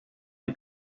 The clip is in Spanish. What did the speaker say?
del